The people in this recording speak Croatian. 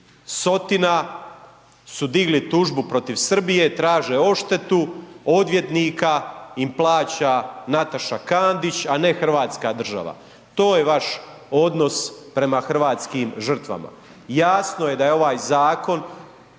Sotina su digli tužbu protiv Srbije, traže odštetu, odvjetnika im plaća Nataša Kandić, a ne hrvatska država, to je vaš odnos prema hrvatskim žrtvama. Jasno je da je ovaj zakon